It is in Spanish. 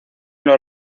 los